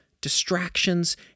distractions